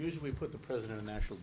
usually put the president national